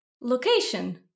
location